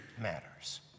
matters